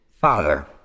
Father